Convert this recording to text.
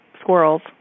squirrels